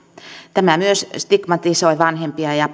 tämä myös stigmatisoi vanhempia ja